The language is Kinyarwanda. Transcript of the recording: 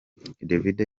davido